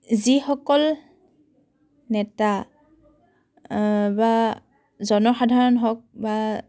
যিসকল নেতা বা জনসাধাৰণ হওক বা